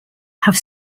have